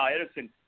Edison